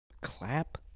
Clap